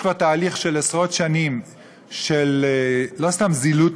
יש כבר תהליך של עשרות שנים של לא סתם זילות